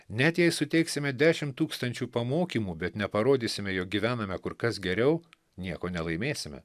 net jei suteiksime dešimt tūkstančių pamokymų bet neparodysime jog gyvename kur kas geriau nieko nelaimėsime